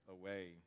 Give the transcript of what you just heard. away